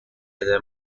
other